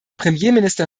premierminister